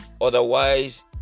Otherwise